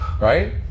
right